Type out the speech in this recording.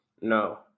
No